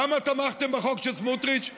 למה תמכתם בחוק של סמוטריץ,